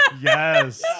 Yes